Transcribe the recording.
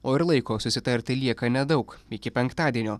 o ir laiko susitarti lieka nedaug iki penktadienio